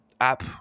app –